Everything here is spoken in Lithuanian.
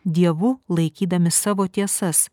dievu laikydami savo tiesas